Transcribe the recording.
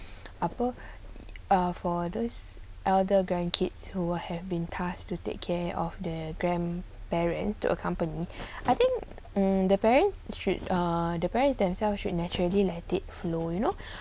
apa ah for those elder grandkids who have been tasked to take care of the grandparents to accompany I think um the parents should the parents themselves should naturally let it flow you know